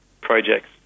projects